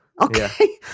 okay